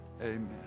amen